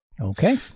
Okay